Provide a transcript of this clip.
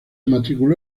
matriculó